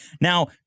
Now